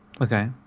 Okay